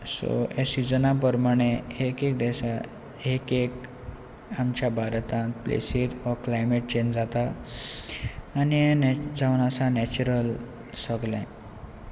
so हे सिजना प्रमाणे एक एक देशा एक आमच्या भारतांत प्लेसीर हो क्लायमेट चेंज जाता आनी जावन आसा नॅचरल सगळें